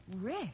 Rick